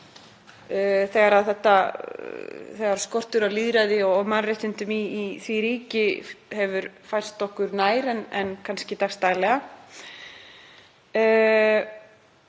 þegar skortur á lýðræði og mannréttindum í því ríki hefur færst okkur nær en kannski dagsdaglega.